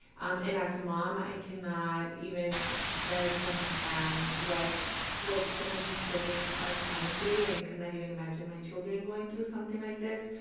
and as a mom i cannot even bear to understand what what some of these children are going through and cannot even imagine my children going through something like this.